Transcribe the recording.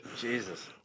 Jesus